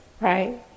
right